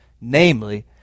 Namely